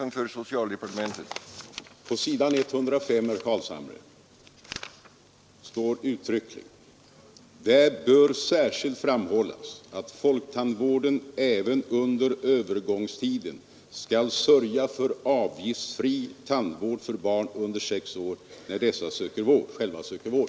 Herr talman! På s. 105 i propositionen står uttryckligen följande, herr Carlshamre: ”Det bör särskilt framhållas att folktandvården även under övergångstiden skall sörja för avgiftsfri tandvård åt barn under 6 år när dessa själva söker vård.”